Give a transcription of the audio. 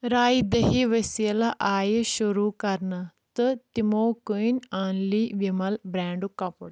راے دہی وسیلہ آیِہ شُروع کَرنہٕ تہٕ تِمَو کٔنۍ آنلی وِمَل برٛینڈُک کَپُر